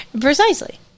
Precisely